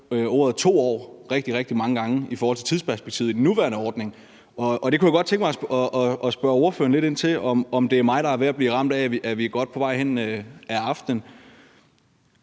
tallet 2 år rigtig, rigtig mange gange i forhold til tidsperspektivet i den nuværende ordning, og der kunne jeg godt tænke mig at spørge ordføreren lidt ind til, om det bare er mig, der er ved at blive ramt af, at vi er godt på vej ud på aftenen.